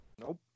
Nope